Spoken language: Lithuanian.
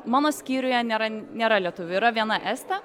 mano skyriuje nėra nėra lietuvių yra viena estė